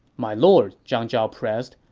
my lord, zhang zhao pressed,